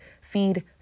feed